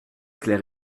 clair